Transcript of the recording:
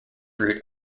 root